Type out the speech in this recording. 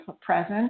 present